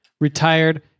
retired